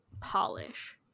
polish